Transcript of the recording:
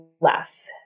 less